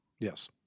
Yes